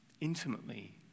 intimately